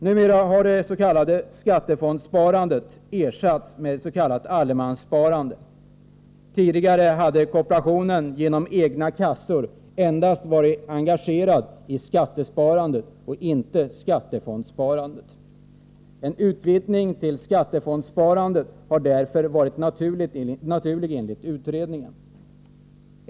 Numera har det s.k. skattefondssparandet ersatts med det s.k. allemanssparandet. Tidigare hade kooperationen genom egna kassor varit engagerad endast i skattesparandet och inte i skattefondssparandet. En utvidgning till skattefondssparandet har därför enligt utredningen varit naturlig.